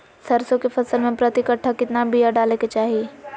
सरसों के फसल में प्रति कट्ठा कितना बिया डाले के चाही?